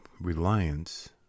reliance